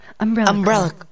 Umbrella